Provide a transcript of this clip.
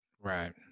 Right